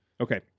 Okay